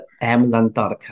Amazon.com